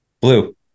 Blue